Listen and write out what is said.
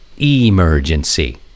Emergency